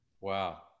Wow